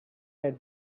had